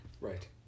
Right